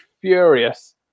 furious